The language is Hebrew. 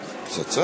תודה,